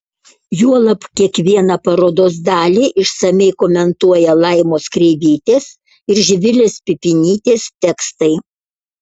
juolab kiekvieną parodos dalį išsamiai komentuoja laimos kreivytės ir živilės pipinytės tekstai